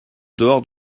dehors